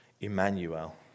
Emmanuel